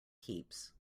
keeps